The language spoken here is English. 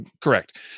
correct